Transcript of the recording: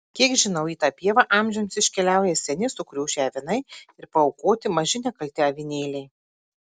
kiek žinau į tą pievą amžiams iškeliauja seni sukriošę avinai ir paaukoti maži nekalti avinėliai